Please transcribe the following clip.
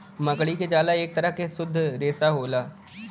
मकड़ी क झाला एक तरह के शुद्ध रेसा होला